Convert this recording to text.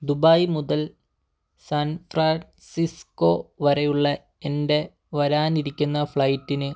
Dubai മുതൽ San Francisco വരെയുള്ള എൻ്റെ വരാനിരിക്കുന്ന ഫ്ലൈറ്റിന്